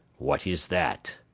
what is that?